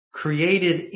created